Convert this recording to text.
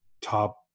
top